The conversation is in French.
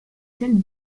celle